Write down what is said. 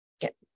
get